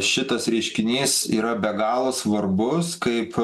šitas reiškinys yra be galo svarbus kaip